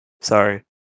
Sorry